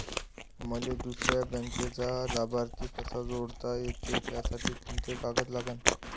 मले दुसऱ्या बँकेचा लाभार्थी कसा जोडता येते, त्यासाठी कोंते कागद लागन?